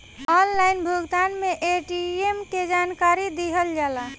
Online भुगतान में ATM के जानकारी दिहल जाला?